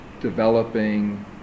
developing